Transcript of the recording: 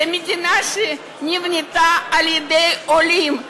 זו מדינה שנבנתה על-ידי עולים,